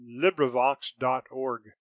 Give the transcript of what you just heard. LibriVox.org